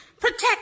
Protect